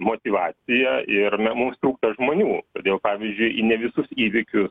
motyvaciją ir na mums trūksta žmonių todėl pavyzdžiui į ne visus įvykius